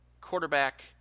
quarterback